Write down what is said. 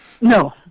No